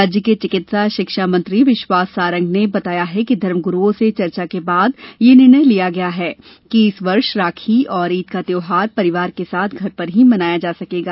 राज्य के चिकित्सा शिक्षा मंत्री विश्वास सारंग ने बताया कि धर्मगुरुओं से चर्चा के बाद यह निर्णय लिया गया है कि इस वर्ष राखी और ईद का त्यौहार परिवार के साथ घर पर ही मनाया जा सकेगा